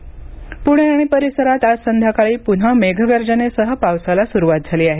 हवामान प्णे आणि परिसरात आज संध्याकाळी प्न्हा मेघगर्जनेसह पावसाला सुरुवात झाली आहे